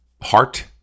heart